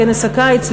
כנס הקיץ,